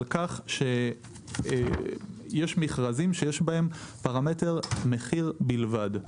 על כך שיש מכרזים שיש בהם פרמטר מחיר בלבד.